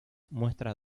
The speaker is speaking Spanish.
muestra